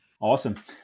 Awesome